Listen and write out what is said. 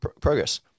progress